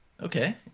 Okay